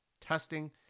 Testing